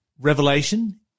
Revelation